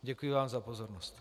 Děkuji vám za pozornost.